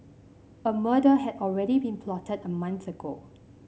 a murder had already been plotted a month ago